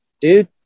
Dude